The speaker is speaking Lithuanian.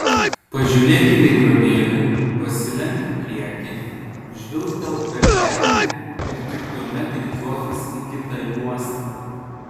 pažiūrėk į veidrodėlį pasilenk į priekį žvilgtelk per petį ir tik tuomet rikiuokis į kitą juostą